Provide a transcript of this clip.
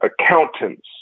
accountants